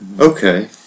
Okay